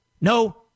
No